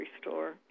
store